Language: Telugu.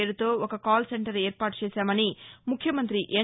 పేరుతో ఒక కాల్ సెంటర్ ఏర్పాటు చేశామని ముఖ్యమంత్రి ఎన్